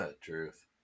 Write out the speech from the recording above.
Truth